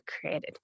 created